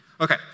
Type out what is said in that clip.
Okay